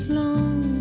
long